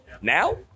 now